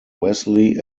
wesley